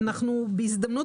ביום רביעי אנחנו מביאים את